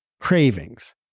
cravings